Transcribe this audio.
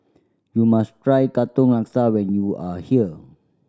you must try Katong Laksa when you are here